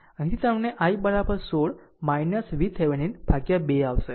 અહીંથી તમને i 16 VTheveninભાગ્યા 2 આવશે